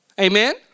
Amen